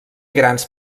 grans